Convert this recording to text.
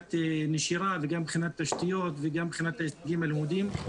מבחינת נשירה וגם מבחינת תשתיות וגם מבחינת ההישגים הלימודיים.